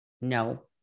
No